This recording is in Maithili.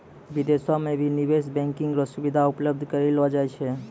विदेशो म भी निवेश बैंकिंग र सुविधा उपलब्ध करयलो जाय छै